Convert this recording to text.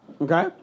Okay